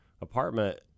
apartment